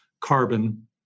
carbon